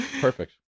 Perfect